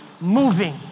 moving